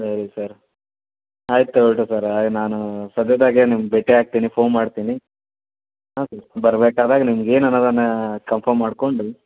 ಸರಿ ಸರ್ ಆಯಿತು ಹುಡುಗರ ನಾನು ಸದ್ಯದಾಗೆ ನಿಮ್ಮ ಭೇಟಿ ಆಗ್ತೀನಿ ಫೋನ್ ಮಾಡ್ತೀನಿ ಓಕೆ ಬರ್ಬೇಕಾದ್ರೆ ನಿಮ್ಗೆ ಏನು ಅದಾವ ಅದನ್ನು ಕನ್ಫರ್ಮ್ ಮಾಡಿಕೊಂಡು